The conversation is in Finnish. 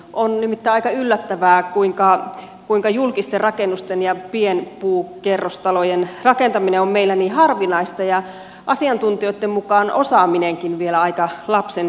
on nimittäin aika yllättävää kuinka julkisten rakennusten ja pienpuukerrostalojen rakentaminen on meillä niin harvinaista ja asiantuntijoitten mukaan osaaminenkin vielä aika lapsenkengissä